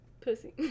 Pussy